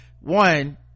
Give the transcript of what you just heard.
one